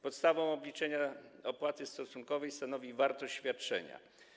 Podstawą obliczenia opłaty stosunkowej stanowi wartość świadczenia.